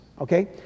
okay